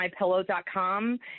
MyPillow.com